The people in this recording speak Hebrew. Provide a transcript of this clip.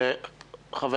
חבר